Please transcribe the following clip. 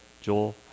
Joel